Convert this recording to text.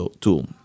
tool